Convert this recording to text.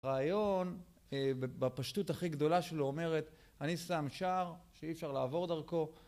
רעיון בפשטות הכי גדולה שלו אומרת אני שם שער שאי אפשר לעבור דרכו